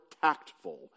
tactful